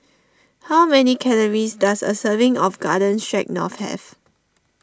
how many calories does a serving of Garden Stroganoff have